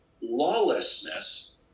lawlessness